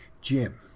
Jim